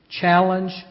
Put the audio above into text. challenge